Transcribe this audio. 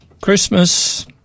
Christmas